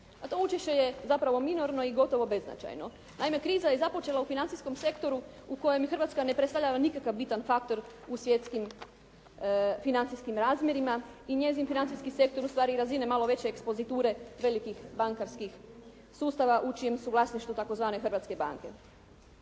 a to učešće je zapravo minorno i gotovo beznačajno. Naime kriza je započela u financijskom sektoru u kojem Hrvatska ne predstavlja nikakav bitan faktor u svjetskim financijskim razmjerima i njezin financijski sektor ustvari razine malo veće ekspoziture velikih bankarskih sustava u čijem su vlasništvu tzv. hrvatske banke.